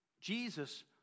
Jesus